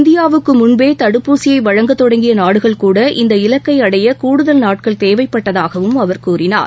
இந்தியாவுக்கு முன்பே தடுப்பூசியை வழங்கத் தொடங்கிய நாடுகள்கூட இந்த இலக்கை அடைய கூடுதல் நாட்கள் தேவைப்பட்டதாகவும் அவர் கூறினார்